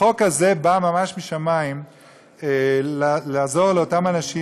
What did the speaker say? החוק הזה בא ממש משמים לעזור לאותם אנשים,